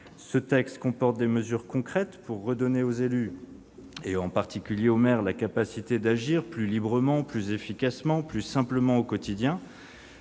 Ce texte comporte des mesures concrètes pour redonner aux élus, en particulier aux maires, la capacité d'agir plus librement, plus efficacement, plus simplement au quotidien